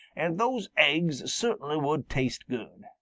and those aiggs cert'nly would taste good.